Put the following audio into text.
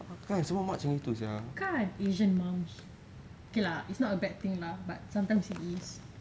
kan asian moms okay lah it's not a bad thing lah but sometimes it is